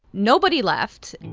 nobody left